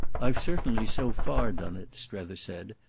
i've certainly so far done it, strether said,